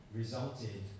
resulted